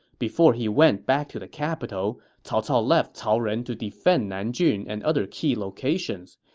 before he went back to the capital, cao cao left cao ren to defend nanjun and other key locations.